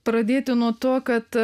pradėti nuo to kad